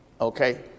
okay